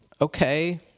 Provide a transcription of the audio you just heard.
okay